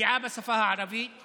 הפגיעה בשפה הערבית או תופעות